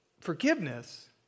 forgiveness